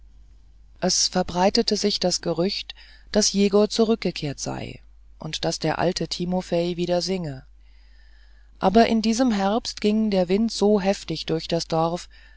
es verbreitete sich das gerücht daß jegor zurückgekehrt sei und daß der alte timofei wieder singe aber in diesem herbst ging der wind so heftig durch das dorf